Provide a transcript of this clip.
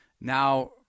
now